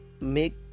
make